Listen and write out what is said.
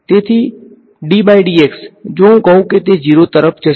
તેથી જો હું કહું કે તે 0 તરફ વળશે